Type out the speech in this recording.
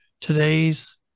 today's